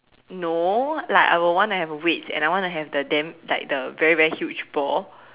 no like I will wanna have weights and I wanna have the dam~ like the very very huge ball